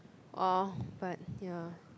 oh but ya